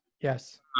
Yes